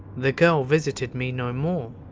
the girl visited me no more.